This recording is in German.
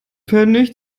pfennig